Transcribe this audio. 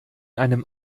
einem